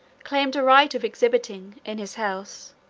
claimed a right of exhibiting, in his house,